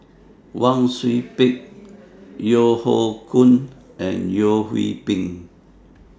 Wang Sui Pick Yeo Hoe Koon and Yeo Hwee Bin